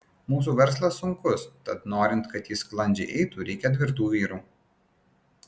mūsų verslas sunkus tad norint kad jis sklandžiai eitų reikia tvirtų vyrų